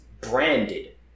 Branded